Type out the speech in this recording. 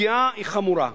הפגיעה היא חמורה.